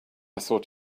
thought